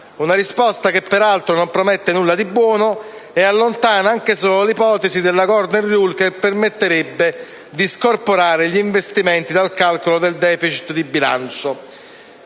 una risposta che non promette nulla di buono e allontana anche solo l'ipotesi della *golden rule*, che permetterebbe di scomputare gli investimenti dal calcolo del *deficit* di bilancio,